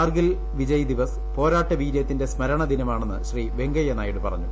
കാർഗിൽ വിജയ് ദിവസ് പോരാട്ട വീര്യത്തിന്റെ സ്മരണദിനമാണെന്ന് ശ്രീ വെങ്കയ്യനായിഡു പറഞ്ഞു